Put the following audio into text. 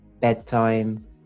bedtime